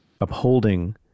upholding